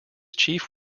chief